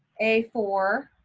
a four,